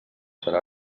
serà